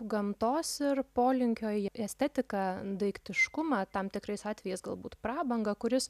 gamtos ir polinkio į estetiką daiktiškumą tam tikrais atvejais galbūt prabangą kuris